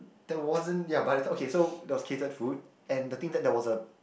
there wasn't ya but at that time okay so there was catered food and the thing is that there was a